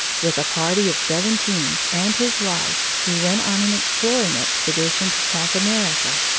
with a party of seventeen and his wife, he went on an exploring expedition to south america.